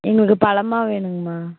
எங்களுக்கு பழமா வேணுங்கமா